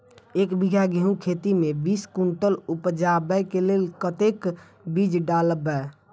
एक बीघा गेंहूँ खेती मे बीस कुनटल उपजाबै केँ लेल कतेक बीज डालबै?